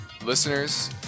listeners